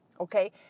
Okay